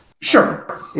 Sure